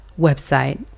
website